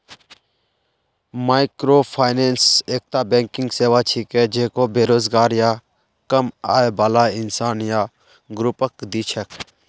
microfinance एकता banking सेवा छिके जेको बेरोजगार या कम आय बाला इंसान या ग्रुपक दी छेक